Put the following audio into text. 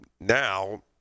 now